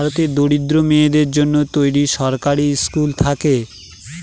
ভারতের দরিদ্র মেয়েদের জন্য তৈরী সরকারি স্কুল থাকে